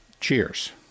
cheers